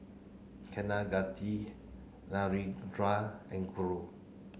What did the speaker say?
Kaneganti Narendra and Guru